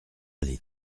allée